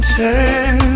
turn